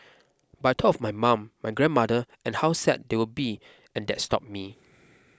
but I thought of my mum my grandmother and how sad they would be and that stopped me